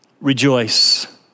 rejoice